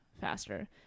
faster